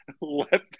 let